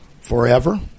forever